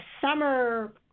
summer